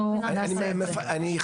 אני אגיד לך מה אני חושש.